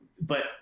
but-